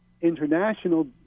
international